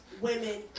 women